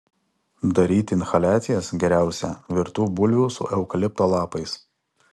daryti inhaliacijas geriausia virtų bulvių su eukalipto lapais